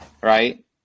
right